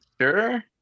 sure